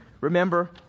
Remember